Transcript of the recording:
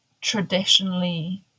traditionally